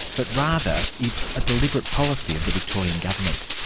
but rather it's a deliberate policy of the victorian government.